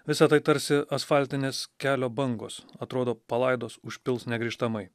visa tai tarsi asfaltinės kelio bangos atrodo palaidos užpils negrįžtamai